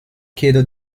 chiedo